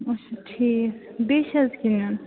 اَچھا ٹھیٖک بیٚیہِ چھِ حظ کیٚنٛہہ